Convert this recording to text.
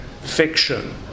Fiction